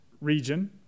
region